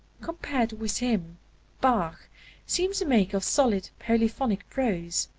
compared with him bach seems a maker of solid polyphonic prose,